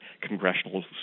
congressional